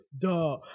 Duh